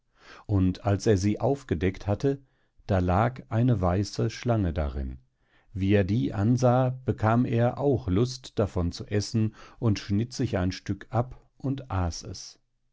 und als er sie aufgedeckt hatte da lag eine weiße schlange darin wie er die ansah bekam er auch lust davon zu essen und schnitt sich ein stück ab und aß es